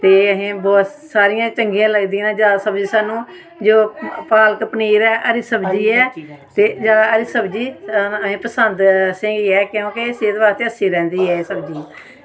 एह् सारियां असेंगी बोह्त चंगियां लगदियां सब तू जादै असेंगी जो पालक पनीर ऐ हरी सब्जी ऐ ते हरी सब्जी पसंद ऐ असें ई क्युंकि सेह्त बास्तै अच्छी रैह्ंदी ऐ एह् सब्जी